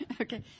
Okay